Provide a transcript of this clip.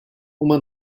uma